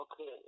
Okay